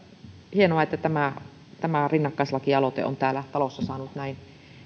hienoa että tämä tämä rinnakkaislakialoite on täällä talossa saanut näin